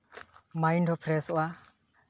mind ᱦᱚᱸ ᱯᱷᱨᱮᱥᱚᱜᱼᱟ